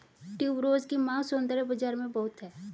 tuberose की मांग सौंदर्य बाज़ार में बहुत है